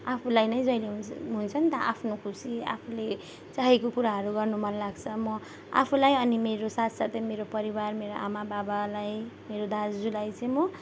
आफूलाई नै जहिले हुन्छ हुन्छ नि त आफ्नो खुसी आफूले चाहेको कुराहरू गर्नु मनलाग्छ म आफूलाई अनि मेरो साथसाथै मेरो परिवार मेरो आमा बाबालाई मेरो दाजुलाई चाहिँ म